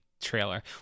trailer